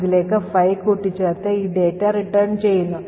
ഇതിലേക്ക് 5 കൂടി ചേർത്ത് ഈ data return ചെയ്യുന്നു